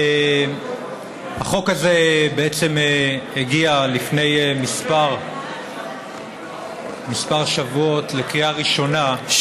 החוק הזה הגיע לפני כמה שבועות לקריאה ראשונה,